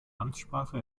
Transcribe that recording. amtssprache